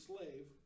Slave